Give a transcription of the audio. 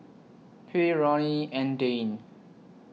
Huy Roni and Dayne